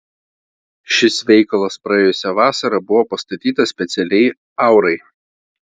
šis veikalas praėjusią vasarą buvo pastatytas specialiai aurai